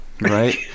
Right